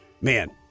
man